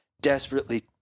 desperately